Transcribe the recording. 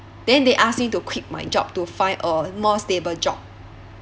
then they ask me to quit my job to find a more stable job